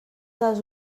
dades